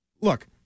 look